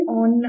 on